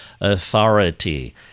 authority